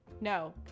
no